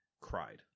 cried